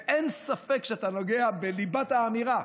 ואין ספק שאתה נוגע בליבת האמירה,